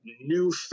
new